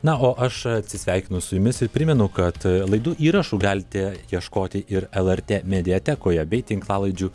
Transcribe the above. na o aš atsisveikinu su jumis ir primenu kad laidų įrašų galite ieškoti ir lrt mediatekoje bei tinklalaidžių